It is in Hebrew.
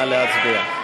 נא להצביע.